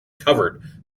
covered